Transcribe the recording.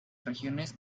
regiones